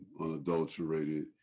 unadulterated